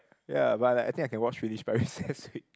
ya but like I think I can watch finish by recess week